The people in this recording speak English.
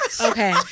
Okay